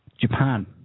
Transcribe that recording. Japan